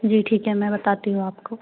जी ठीक है मैं बताती हूँ आपको